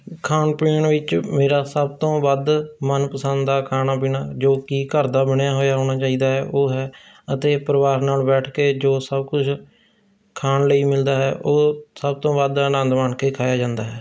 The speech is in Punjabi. ਖਾਣ ਪੀਣ ਵਿੱਚ ਮੇਰਾ ਸਭ ਤੋਂ ਵੱਧ ਮਨਪਸੰਦ ਦਾ ਖਾਣਾ ਪੀਣਾ ਜੋ ਕਿ ਘਰ ਦਾ ਬਣਿਆ ਹੋਇਆ ਹੋਣਾ ਚਾਹੀਦਾ ਹੈ ਉਹ ਹੈ ਅਤੇ ਪਰਿਵਾਰ ਨਾਲ ਬੈਠ ਕੇ ਜੋ ਸਭ ਕੁਝ ਖਾਣ ਲਈ ਮਿਲਦਾ ਹੈ ਉਹ ਸਭ ਤੋਂ ਵੱਧ ਆਨੰਦ ਮਾਣ ਕੇ ਖਾਇਆ ਜਾਂਦਾ ਹੈ